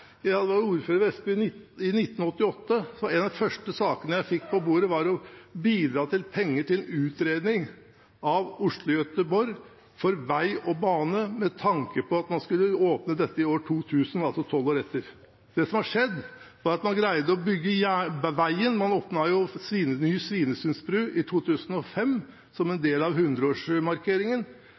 Jeg var ordfører i Vestby i 1988, og en av de første sakene jeg fikk på bordet, var å bidra med penger til en utredning av Oslo–Göteborg for vei og bane med tanke på at man skulle åpne dette i 2000, altså tolv år etter. Det som har skjedd, er at man greide å bygge veien – man åpnet Svinesundsbrua i 2005, som en del av hundreårsmarkeringen.